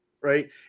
right